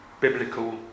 biblical